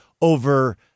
over